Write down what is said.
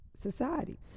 society